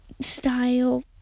style